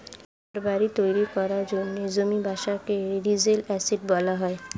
ঘরবাড়ি তৈরি করার জন্য জমির ব্যবসাকে রিয়েল এস্টেট বলা হয়